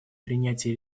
принятие